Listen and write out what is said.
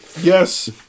Yes